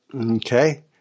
okay